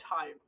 time